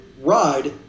ride